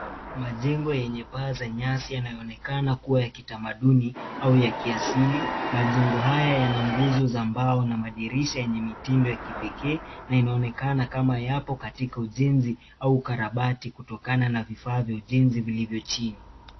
Majengo yenye paa za nyasi yanayonekana kuwa ya kitamaduni au ya kiasili, majengo haya yana nguzo za mbao na madirisha yenye mitindo ya kipekee na inaonekana kama yapo katika ujenzi au ukarabati kutokana na vifaa vya ujenzi vilivyo chini.